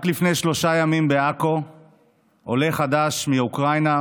רק לפני שלושה ימים בעכו עולה חדש מאוקראינה,